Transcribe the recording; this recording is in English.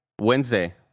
Wednesday